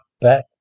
back